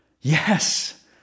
Yes